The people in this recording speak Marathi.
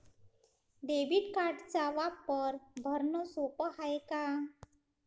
डेबिट कार्डचा वापर भरनं सोप हाय का?